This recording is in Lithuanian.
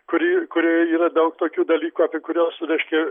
kuri kurioj yra daug tokių dalykų apie kuriuos reiškia